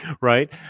right